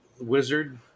Wizard